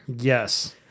Yes